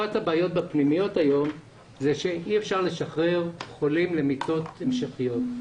אחת הבעיות בפנימיות היום היא שאי אפשר לשחרר חולים למיטות המשכיות.